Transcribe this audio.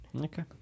Okay